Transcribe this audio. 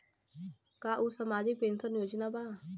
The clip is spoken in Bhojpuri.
का उ सामाजिक पेंशन योजना बा?